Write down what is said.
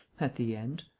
at the end.